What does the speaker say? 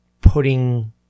putting